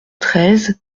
treize